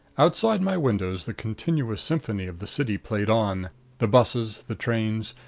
outside my windows the continuous symphony of the city played on the busses, the trains,